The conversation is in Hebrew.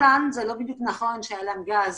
הולנד, זה לא בדיוק נכון שהיה להם גז